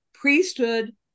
priesthood